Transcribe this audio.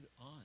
on